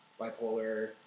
bipolar